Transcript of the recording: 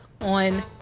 on